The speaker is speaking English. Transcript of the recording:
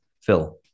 phil